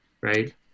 Right